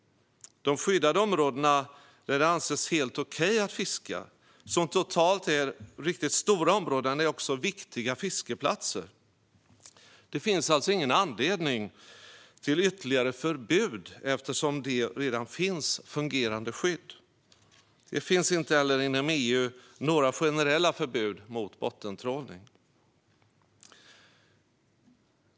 De skyddade områden där det anses helt okej att fiska, som totalt är riktigt stora områden, är också viktiga fiskeplatser. Det finns alltså ingen anledning till ytterligare förbud eftersom det redan finns fungerande skydd. Det finns inte heller inom EU några generella förbud mot bottentrålning.